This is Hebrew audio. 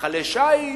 היכלי שיש,